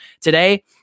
today